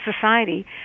society